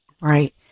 Right